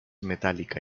metálica